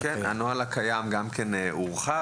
הנוהל הקיים הורחב.